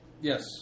Yes